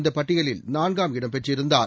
இந்தப் பட்டியலில் நான்காம் இடம் பெற்றிருந்தார்